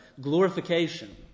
glorification